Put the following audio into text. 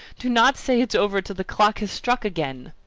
do not say it's over till the clock has struck again!